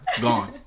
gone